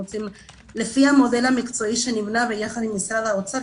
לפי המודל המקצועי שנבנה יחד עם משרד האוצר,